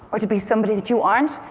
or to be somebody that you aren't?